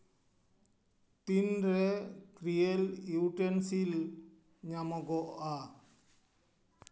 ᱛᱤᱱᱨᱮ ᱠᱨᱤᱭᱮᱞ ᱤᱭᱩᱴᱮᱱᱥᱤᱞ ᱧᱟᱢᱚᱜᱚᱜᱼᱟ